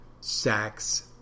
sex